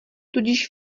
tudíž